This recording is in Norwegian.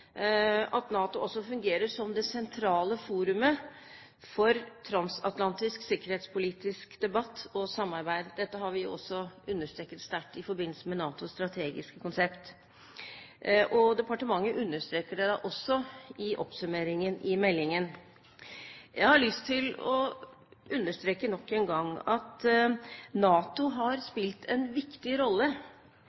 at NATO også fungerer som det sentrale forumet for transatlantisk sikkerhetspolitisk debatt og samarbeid. Dette har vi også understreket sterkt i forbindelse med NATOs strategiske konsept. Departementet understreker det også i oppsummeringen i meldingen. Jeg har lyst til å understreke nok en gang at NATO har